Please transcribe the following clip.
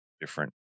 different